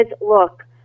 look